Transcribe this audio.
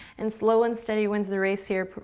and slow and steady wins the race here,